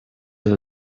идет